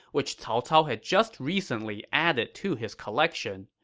which cao cao had just recently added to his collection.